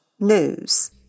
News